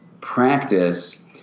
practice